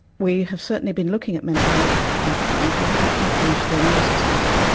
we have certainly been looking at mental health outcomes, we haven't quite finished the analysis of that.